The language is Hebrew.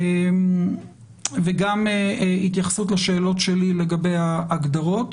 וגם התייחסות לשאלות שלי לגבי ההגדרות.